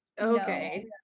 okay